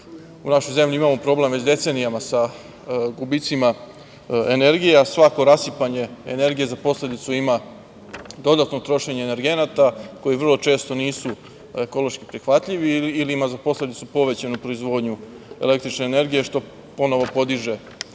u našoj zemlji imamo problem već decenijama sa gubicima energije, a svako rasipanje energije za posledicu ima dodatno trošenje energenata koji vrlo često nisu ekološki prihvatljivi ili imaju za posledicu povećanju proizvodnju električne energije, što ponovo podiže